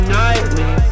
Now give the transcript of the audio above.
nightly